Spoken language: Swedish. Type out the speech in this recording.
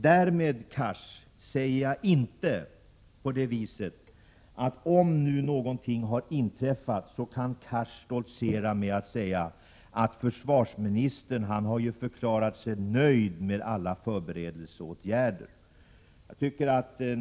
Därmed, Hadar Cars, påstår jag inte att Hadar Cars, om något skulle inträffa, kan stoltsera med att säga att försvarsministern har förklarat sig nöjd med alla förberedelseåtgärder.